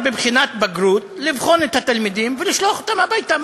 אפשר בבחינת בגרות לבחון את התלמידים ולשלוח אותם הביתה.